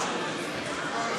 גברתי